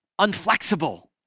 unflexible